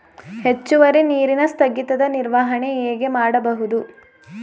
ಹೆಚ್ಚುವರಿ ನೀರಿನ ಸ್ಥಗಿತದ ನಿರ್ವಹಣೆ ಹೇಗೆ ಮಾಡಬಹುದು?